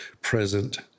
present